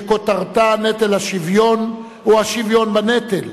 שכותרתה: נטל השוויון או השוויון בנטל?